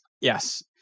yes